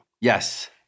Yes